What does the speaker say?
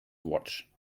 watch